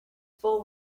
full